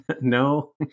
No